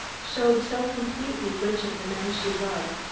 showed so completely which of the men she loved,